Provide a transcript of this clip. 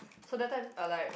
so that time I like